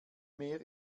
mehr